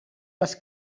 les